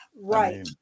Right